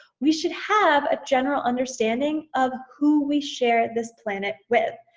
we should have a general understanding of who we share this planet with.